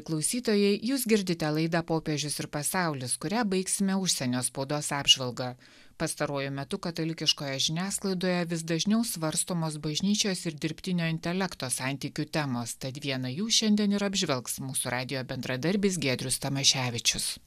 klausytojai jūs girdite laidą popiežius ir pasaulis kurią baigsime užsienio spaudos apžvalga pastaruoju metu katalikiškoje žiniasklaidoje vis dažniau svarstomos bažnyčios ir dirbtinio intelekto santykių temos tad vieną jų šiandien ir apžvelgs mūsų radijo bendradarbis giedrius tamaševičius